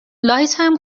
لایتم